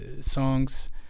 songs